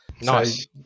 Nice